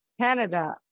Canada